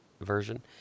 version